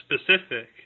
specific